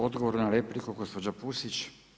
Odgovor na repliku, gospođa Pusić.